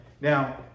Now